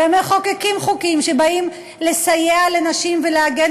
ומחוקקים חוקים שבאים לסייע לנשים ולהגן